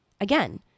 Again